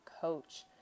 coach